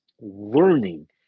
learning